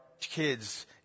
kids